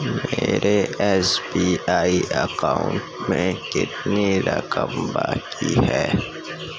میرے S B I account میں کتنی رقم باقی ہے